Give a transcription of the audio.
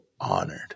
honored